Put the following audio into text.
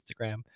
Instagram